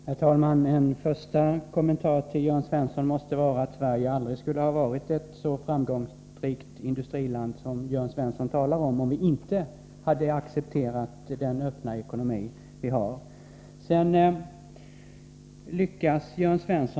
Herr talman! En första kommentar till Jörn Svensson måste vara att Sverige aldrig skulle ha varit ett så framgångsrikt industriland som han talar om att det är, om vi inte hade accepterat den öppna ekonomi vi har.